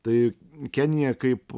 tai kenija kaip